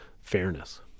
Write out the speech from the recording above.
fairness